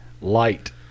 light